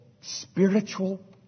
spiritual